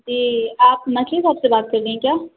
جی آپ مچھلی ساپ سے بات کر رہی ہیں کیا